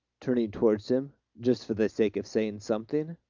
turning towards him just for the sake of saying something.